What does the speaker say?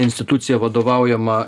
institucija vadovaujama